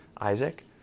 Isaac